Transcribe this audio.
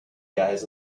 guys